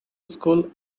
school